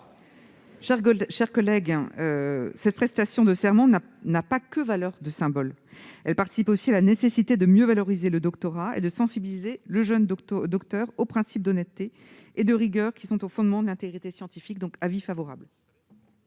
Mon cher collègue, la prestation de serment que vous proposez n'a pas valeur seulement de symbole. Elle participe aussi à la nécessité de mieux valoriser le doctorat et de sensibiliser le jeune docteur aux principes d'honnêteté et de rigueur qui sont au fondement de l'intégrité scientifique. Avis favorable.